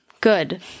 Good